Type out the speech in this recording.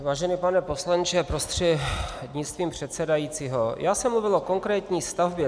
Vážený pane poslanče prostřednictvím předsedajícího, já jsem mluvil o konkrétní stavbě.